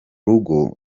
rugo